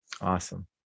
Awesome